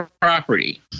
property